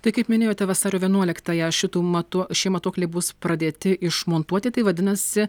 tai kaip minėjote vasario vienuoliktąją šitų matuo šie matuokliai bus pradėti išmontuoti tai vadinasi